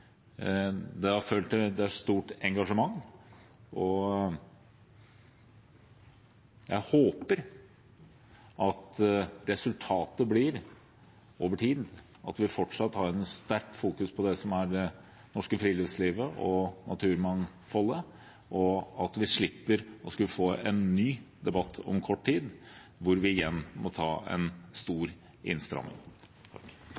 Det er et stort engasjement. Jeg håper at resultatet blir – over tid – at vi fortsatt har et sterkt fokus på det som er det norske friluftslivet og naturmangfoldet, og at vi slipper å skulle få en ny debatt om kort tid, hvor vi igjen må ta